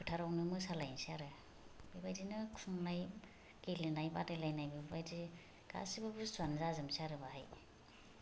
फोथारावनो मोसालायनोसै आरो बेबायदिनो खुंनाय गेलेनाय बादायलायनाय बेबायदि गासैबो बुस्थुआनो जाजोबनोसै आरो बेहाय